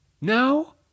Now